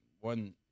one